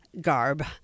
garb